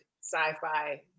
sci-fi